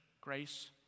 Grace